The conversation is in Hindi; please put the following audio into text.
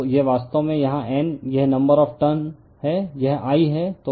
तो यह वास्तव में यहाँ N यह नंबर ऑफ़ टर्न है यह I है